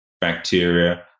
bacteria